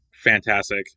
fantastic